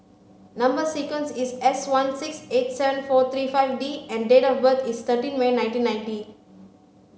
number sequence is S sixteen eight seven four three five D and date of birth is thirteen May nineteen ninety